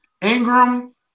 Ingram